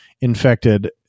infected